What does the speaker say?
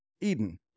Eden